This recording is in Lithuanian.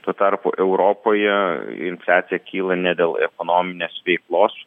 tuo tarpu europoje infliacija kyla ne dėl ekonominės veiklos